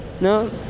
No